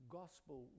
gospel